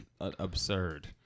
absurd